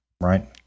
Right